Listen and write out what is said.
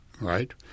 right